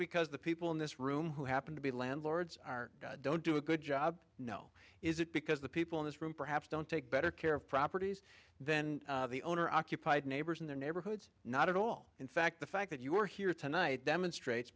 because the people in this room who happen to be landlords are don't do a good job no is it because the people in this room perhaps don't take better care of properties then the owner occupied neighbors in their neighborhoods not at all in fact the fact that you are here tonight demonstrates